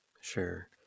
Sure